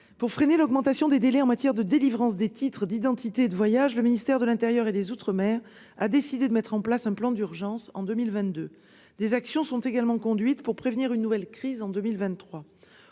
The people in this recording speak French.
pour freiner l'augmentation des délais en matière de délivrance des titres d'identité et de voyage, le ministère de l'intérieur et des outre-mer a décidé de mettre en place un plan d'urgence en 2022. Des actions sont également conduites pour prévenir une nouvelle crise en 2023.